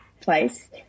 place